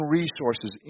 resources